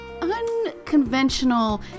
unconventional